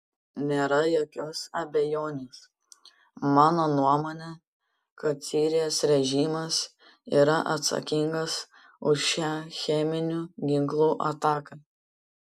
nėra jokios abejonės mano nuomone kad sirijos režimas yra atsakingas už šią cheminių ginklų ataką